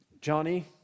Johnny